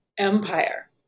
empire